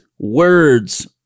words